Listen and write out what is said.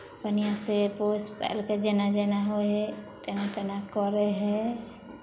बढ़िआँसँ पोसि पालि कऽ जेना जेना होइ हइ तेना तेना करै हइ